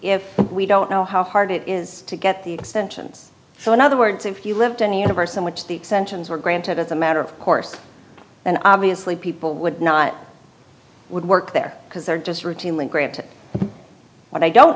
if we don't know how hard it is to get the extensions so in other words if you lived in the universe in which the exemptions were granted as a matter of course then obviously people would not would work there because they're just routinely granted i don't